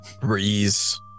breeze